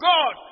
God